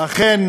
אכן